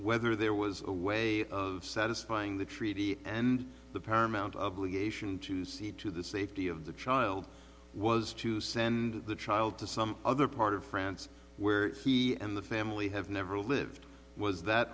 whether there was a way of satisfying the treaty and the paramount of legation to see to the safety of the child was to send the child to some other part of france where he and the family have never lived was that